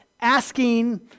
asking